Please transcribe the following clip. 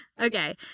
Okay